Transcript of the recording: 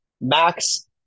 Max